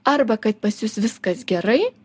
arba kad pas jus viskas gerai